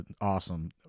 awesome